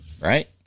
right